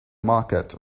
market